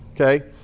Okay